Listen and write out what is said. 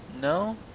No